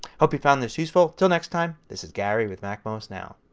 hope you found this useful. until next time this is gary with macmost now.